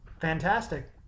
Fantastic